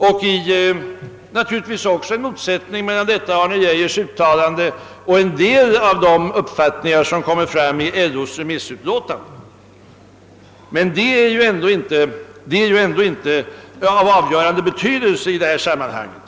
Det finns naturligtvis också en motsättning mellan detta Arne Geijers uttalande och en del av de uppfattningar som uttryckts i LO:s remissutlåtande, men det är ju ändå inte av avgörande betydelse i detta sammanhang.